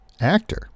actor